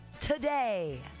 today